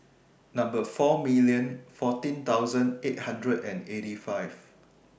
Number four million fourteen thousand eight hundred and eighty five